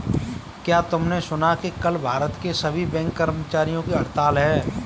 क्या तुमने सुना कि कल भारत के सभी बैंक कर्मचारियों की हड़ताल है?